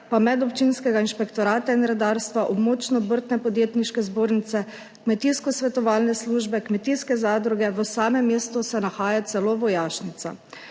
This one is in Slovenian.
medobčinski inšpektorat in redarstvo, območna Obrtno-podjetniška zbornica, kmetijska svetovalna služba, kmetijska zadruga, v mestu se nahaja celo vojašnica.